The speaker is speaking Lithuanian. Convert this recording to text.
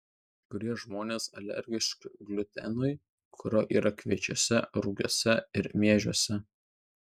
kai kurie žmonės alergiški gliutenui kurio yra kviečiuose rugiuose ir miežiuose